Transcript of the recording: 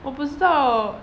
我不知道